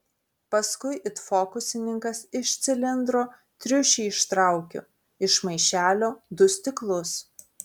paskui it fokusininkas iš cilindro triušį ištraukiu iš maišelio du stiklus